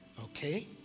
Okay